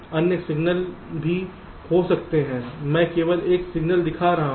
अन्य सिग्नल भी हो सकते हैं मैं केवल एक सिग्नल दिखा रहा हूं